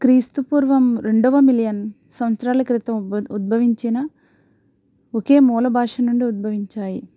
క్రీస్తుపూర్వం రెండవ మిలియన్ సంవత్సరాల క్రితం ఉద్ ఉద్భవించినా ఒకే మూల భాష నుండి ఉద్భవించాయి